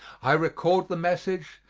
i recalled the message,